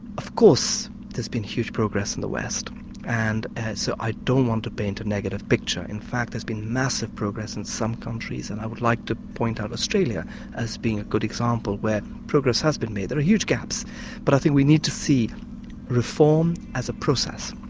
of course there's been huge progress in the west and so i don't want to paint a negative picture. in fact there's been massive progress in some countries and i would like to point out australia as being a good example where progress has been made. there are huge gaps but i think we need to see reform as a process.